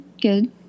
good